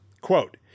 quote